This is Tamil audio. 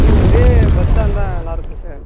இல்லை ஒரே பஸ்ஸாக இருந்தால் நல்லா இருக்கும் சார்